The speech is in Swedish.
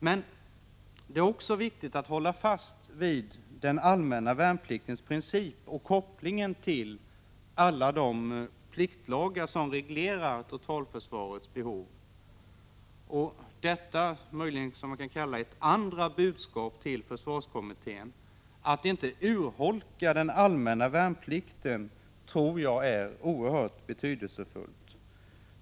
Men det är också viktigt att hålla fast vid den allmänna värnpliktens princip och kopplingen till alla de pliktlagar som reglerar totalförsvarets behov. Detta, som man möjligen kan kalla ett andra budskap till försvarskommittén att inte urholka den allmänna värnplikten, tror jag är oerhört betydelsefullt.